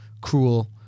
cruel